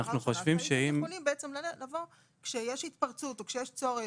אתם הייתם יכולים בעצם לבוא כשיש התפרצות או כשיש צורך,